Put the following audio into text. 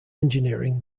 engineering